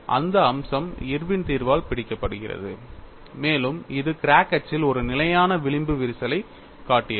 அந்த அம்சம் இர்வின் தீர்வால் பிடிக்கப்படுகிறது மேலும் இது கிராக் அச்சில் ஒரு நிலையான விளிம்பு வரிசையைக் காட்டியது